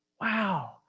Wow